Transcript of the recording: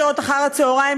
בשעות אחר-הצהריים,